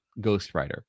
ghostwriter